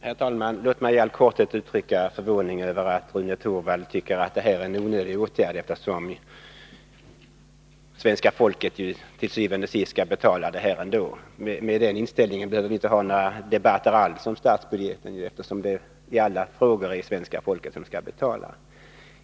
Herr talman! Låt mig i all korthet uttrycka förvåning över att Rune Torwald tycker att det här är en onödig åtgärd, eftersom til syvende og sidst ändå svenska folket skall betala. Med den inställningen behöver vi inte ha några debatter alls om statsbudgeten, eftersom det i alla frågor är svenska folket som skall betala.